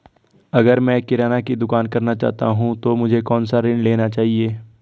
अगर मैं किराना की दुकान करना चाहता हूं तो मुझे कौनसा ऋण लेना चाहिए?